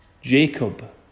Jacob